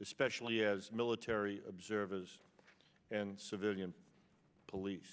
especially as military observers and civilian police